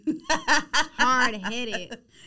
hard-headed